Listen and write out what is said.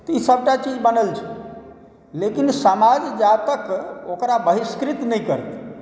तऽ ई सबटा चीज बनल छै लेकिन समाज जा तक ओकरा बहिष्कृत नहि करतै